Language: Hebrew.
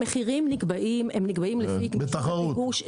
המחירים נקבעים לפי ביקוש.